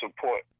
support